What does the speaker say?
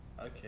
Okay